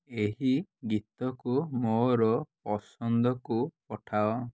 ଏହି ଗୀତକୁ ମୋର ପସନ୍ଦକୁ ପଠାଅ